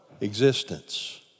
existence